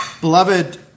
Beloved